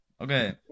Okay